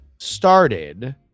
started